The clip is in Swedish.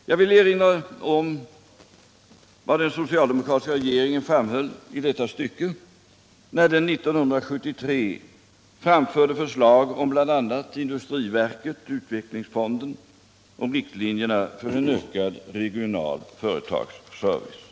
Jag vill erinra om vad den socialdemokratiska regeringen framhöll i detta stycke när den 1973 framförde förslag om bl.a. industriverket, utvecklingsfonden och riktlinjer för en ökad regional företagsservice.